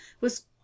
was